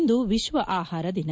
ಇಂದು ವಿಶ್ವ ಆಹಾರ ದಿನ